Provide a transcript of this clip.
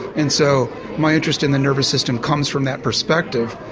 and so my interest in the nervous system comes from that perspective,